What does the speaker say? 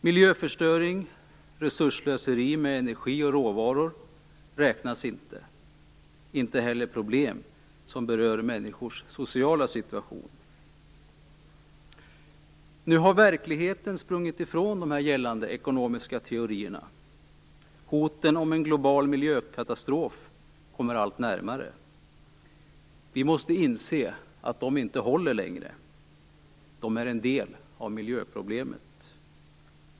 Miljöförstöring och resursslöseri med energi och råvaror räknas inte, och inte heller problem som berör människors sociala situation. Nu har verkligheten sprungit ifrån de gällande ekonomiska teorierna. Hoten om en global miljökatastrof kommer allt närmare. Vi måste inse att de inte håller längre. De är en del av miljöproblemet.